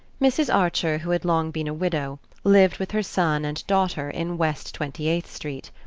mrs. archer, who had long been a widow, lived with her son and daughter in west twenty-eighth street.